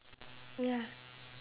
ya